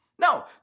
No